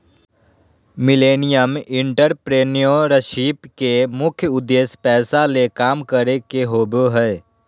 millennial entrepreneurship के मुख्य उद्देश्य पैसा ले काम करे के होबो हय